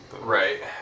Right